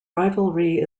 rivalry